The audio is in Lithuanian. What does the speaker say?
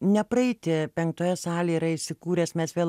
nepraeiti penktoje salėje yra įsikūręs mes vėl